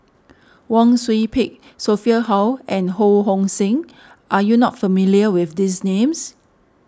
Wang Sui Pick Sophia Hull and Ho Hong Sing are you not familiar with these names